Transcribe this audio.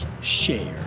share